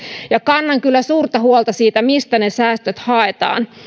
ja kannan kyllä suurta huolta siitä mistä ne säästöt haetaan